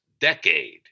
decade